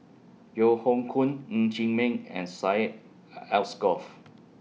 Yeo Hoe Koon Ng Chee Meng and Syed Alsagoff